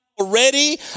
already